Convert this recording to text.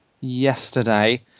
yesterday